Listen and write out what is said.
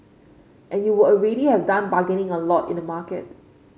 and you would already have done bargaining a lot in the market